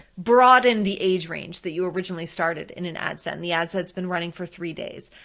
broaden the age range that you originally started in an ad set, and the ad set's been running for three days.